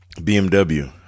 BMW